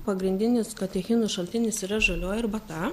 pagrindinis katechinų šaltinis yra žalioji arbata